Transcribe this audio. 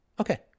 Okay